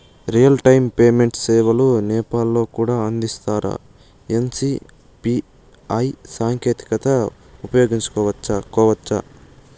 Real time payment సేవలు నేపాల్ లో కూడా అందిస్తారా? ఎన్.సి.పి.ఐ సాంకేతికతను ఉపయోగించుకోవచ్చా కోవచ్చా?